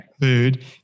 food